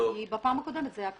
כי בפעם הקודמת זה היה קשה.